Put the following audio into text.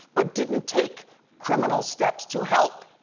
but didn't take criminal steps to help.